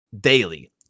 daily